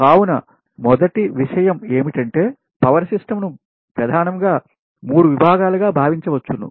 కావున మొదటి విషయం ఏమిటంటే పవర్ సిస్టం ను ప్రధానముగా మూడు విభాగాలుగా భావించ వచ్చును